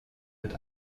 mit